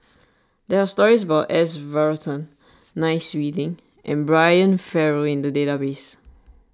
there are stories about S Varathan Nai Swee Leng and Brian Farrell in the database